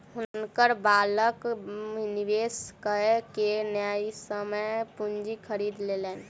हुनकर बालक निवेश कय के न्यायसम्य पूंजी खरीद लेलैन